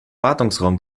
wartungsraum